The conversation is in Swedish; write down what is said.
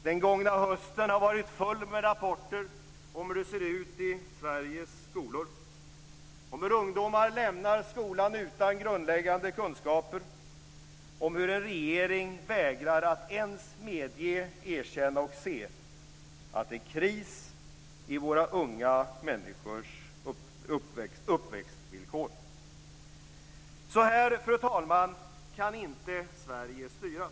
Den gångna hösten har varit full med rapporter om hur det ser ut i Sveriges skolor - om hur ungdomar lämnar skolan utan grundläggande kunskaper, om hur en regering vägrar att ens se och erkänna att det är kris i våra unga människors uppväxtvillkor. Fru talman! Så här kan inte Sverige styras.